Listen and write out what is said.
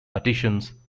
artisans